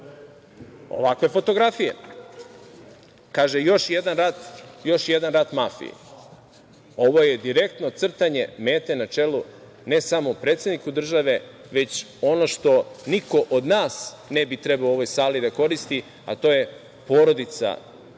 ovakve fotografije. Kaže – još jedan rat mafiji. Ovo je direktno crtanje mete, ne samo predsedniku države, već ono što niko od nas ne bi trebao u ovoj sali da koristi, a to je porodica i